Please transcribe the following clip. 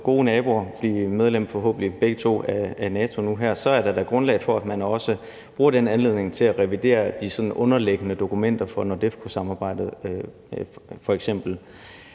gode naboer forhåbentlig begge to blive medlem af NATO nu her, er der da grundlag for, at man også bruger den anledning til f.eks. at revidere de sådan underliggende dokumenter for NORDEFCO-samarbejde.t Men jeg